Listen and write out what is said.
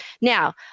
Now